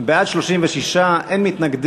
ממלכתי (תיקון,